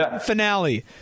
finale